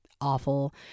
awful